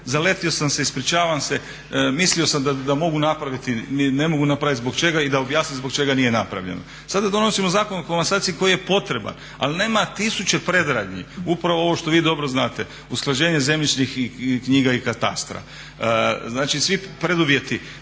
zaletio sam se, ispričavam se mislio sam da mogu napraviti, ne mogu napraviti, zbog čega i da objasni zbog čega nije napravljeno. Sad donosimo Zakon o komasaciji koji je potreban ali nema tisuće predradnji, upravo ovo što vi dobro znate usklađenje zemljišnih knjiga i katastra. Znači svi preduvjeti